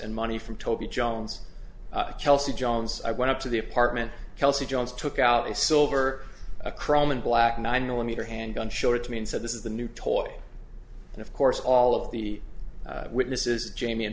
and money from toby jones chelsea jones i went up to the apartment kelsey jones took out a silver a crumb and black nine millimeter handgun short to me and said this is the new toy and of course all of the witnesses jamie